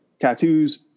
tattoos